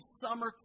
summer